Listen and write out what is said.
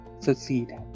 succeed